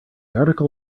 article